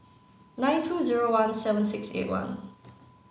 nine two zero one seven six eight one